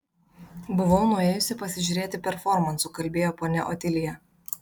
buvau nuėjusi pasižiūrėti performansų kalbėjo ponia otilija